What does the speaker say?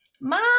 Mom